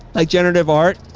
ah generative art.